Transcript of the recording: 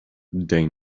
they